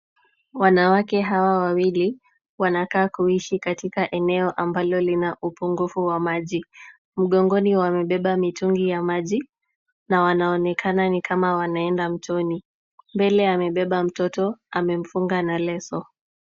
Wanawake hawa wawili wanakaa kuishi katika eneo ambalo lina upungufu wa maji. Mgongoni wamebeba mitungi ya maji na wanaonekana ni kama wanaenda mtoni. Mbele amebeba mtoto, amemfunga na leso.